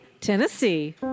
Tennessee